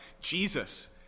Jesus